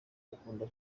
bakunda